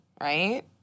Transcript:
right